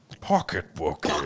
pocketbook